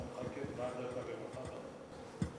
אתה מחקה את ועדת הרווחה בנושא.